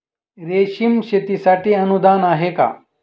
रेशीम शेतीसाठी अनुदान आहे का?